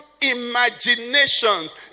imaginations